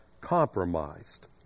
compromised